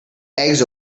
eggs